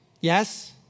Yes